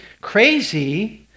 crazy